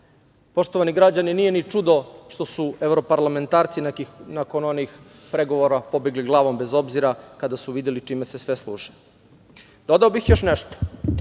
vlast. Poštovani građani, nije ni čudo što su evroparlamentarci nakon onih pregovora pobegli glavom bez obzira kada su videli čime se sve služe. Dodao bih još nešto.